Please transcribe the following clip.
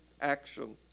action